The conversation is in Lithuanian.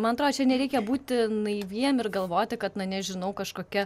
man atrodo čia nereikia būti naiviem ir galvoti kad na nežinau kažkokia